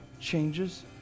changes